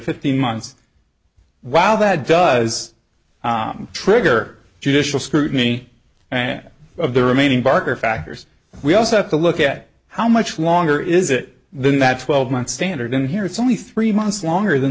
fifteen months while that does trigger judicial scrutiny and of the remaining darker factors we also have to look at how much longer is it then that twelve months standard in here it's only three months longer than